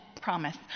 promise